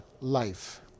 life